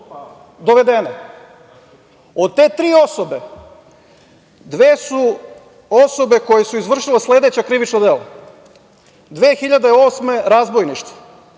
dovedene. Od te tri osobe dve su osobe koje su izvršile sledeća krivična dela: 2008. godine